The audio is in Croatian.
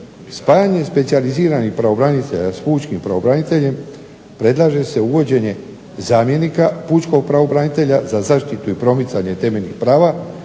Spajanje specijaliziranih pravobranitelja s pučkog pravobraniteljem predlaže se uvođenje zamjenika pučkog pravobranitelja za zaštitu i promicanje temeljnih prava,